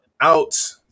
out